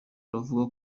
aravuga